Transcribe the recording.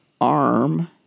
arm